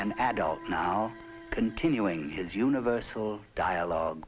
an adult now continuing his universal dialogue